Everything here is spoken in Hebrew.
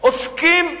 עוסקים בחוץ,